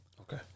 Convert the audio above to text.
Okay